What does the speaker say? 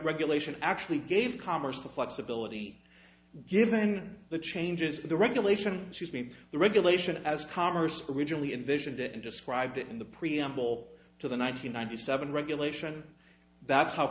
regulation actually gave commerce the flexibility given the changes that the regulation she's made the regulation as commerce originally envisioned it and described it in the preamble to the nine hundred ninety seven regulation that's how